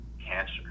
cancer